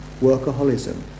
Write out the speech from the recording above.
workaholism